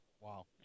Wow